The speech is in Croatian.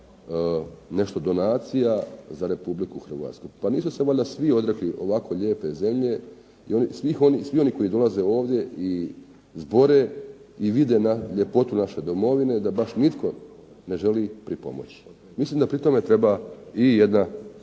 nešto donacija za Republiku Hrvatsku. Pa nisu se valjda svi odrekli ovako lijepe zemlje i svi oni koji dolaze ovdje i zbore i vide ljepotu naše domovine, da baš nitko ne želi pripomoći. Mislim da pri tome treba i jedna